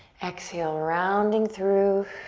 exhale, rounding through.